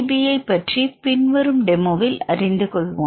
பியை பற்றி பின்வரும் டெமோவில் அறிந்து கொள்வோம்